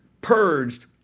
purged